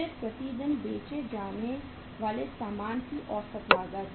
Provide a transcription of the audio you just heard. फिर प्रति दिन बेचे जाने वाले सामान की औसत लागत